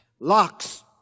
Locks